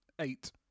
Eight